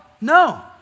No